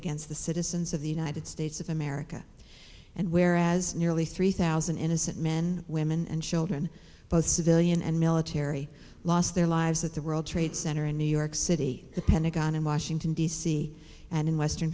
against the citizens of the united states of america and whereas nearly three thousand innocent men women and children both civilian and military lost their lives at the world trade center in new york city the pentagon in washington d c and in western